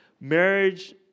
marriage